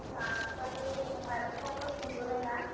जोंहा फिथाखौ मायरंखौ फार्टाव सोमग्रोबाय ना